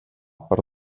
per